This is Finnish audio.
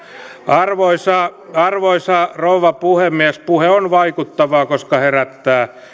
arvoisa arvoisa rouva puhemies puhe on vaikuttavaa koska herättää